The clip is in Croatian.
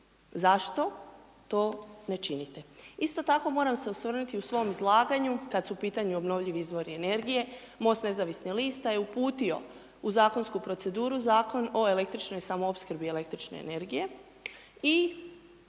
Zašto to ne činite? Isto tako moram se osvrnuti u svom izlaganju kad su u pitanju obnovljivi izvori energije MOST nezavisnih lista je uputio u zakonsku proceduru Zakon o električnoj samoopskrbi električne energije, i